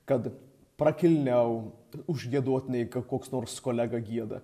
kad prakilniau užgiedot nei koks nors kolega gieda